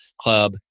Club